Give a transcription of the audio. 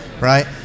right